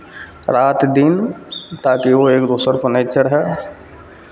राति दिन ताकि ओ एक दोसरपर नहि चढ़य